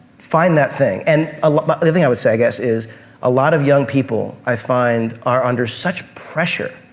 find that thing. and ah the but other thing i would say, i guess, is a lot of young people i find, are under such pressure.